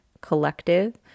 collective